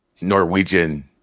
Norwegian